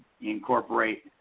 incorporate